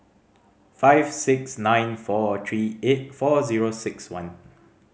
five six nine four three eight four zero six one